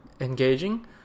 engaging